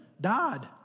died